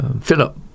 Philip